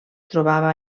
trobava